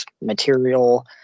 material